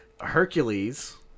Hercules